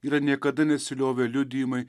yra niekada nesiliovę liudijimai